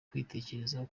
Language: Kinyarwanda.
kwitekerezaho